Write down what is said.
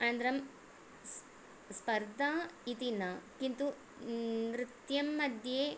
अनन्तरं स् स्पर्धा इति न किन्तु नृत्यमध्ये